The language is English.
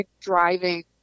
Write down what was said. driving